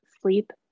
sleep